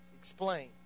explain